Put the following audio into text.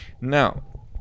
Now